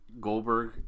Goldberg